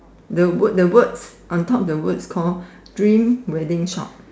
the word the words on top the words call dream wedding shop